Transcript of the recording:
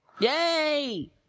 Yay